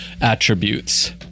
attributes